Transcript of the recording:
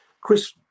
Chris